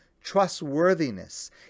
trustworthiness